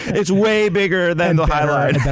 it's way bigger than the high line.